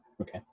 Okay